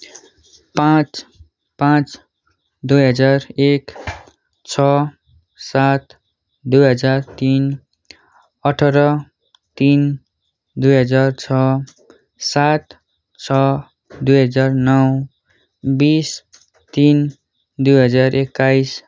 पाँच पाँच दुई हजार एक छ सात दुई हजार तिन अठार तिन दुई हजार छ सात छ दुई हजार नौ बिस तिन दुई हजार एकाइस